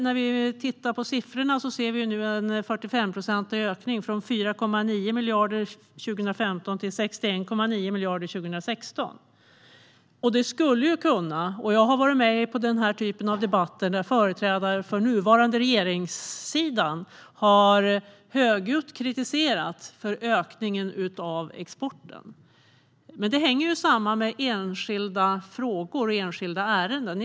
När vi tittar på siffrorna ser vi nu en 45-procentig ökning från 4,9 miljarder 2015 till 61,9 miljarder 2016. Jag har varit med under debatter som denna då företrädare för den nuvarande regeringssidan högljutt har kritiserat ökningen av exporten. Det här hänger samman med enskilda frågor och ärenden.